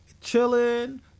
chilling